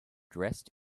dressed